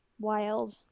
wild